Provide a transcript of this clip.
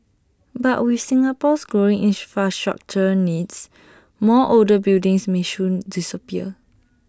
but with Singapore's growing infrastructural needs more older buildings may soon disappear